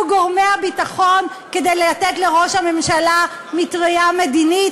גורמי הביטחון כדי לתת לראש הממשלה מטרייה מדינית,